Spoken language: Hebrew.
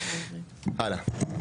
הלאה.